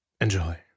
Enjoy